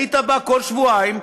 היית בא כל שבועיים,